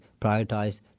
prioritize